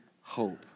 hope